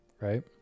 right